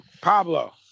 Pablo